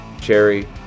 cherry